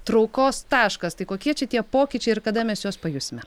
traukos taškas tai kokie čia tie pokyčiai ir kada mes juos pajusime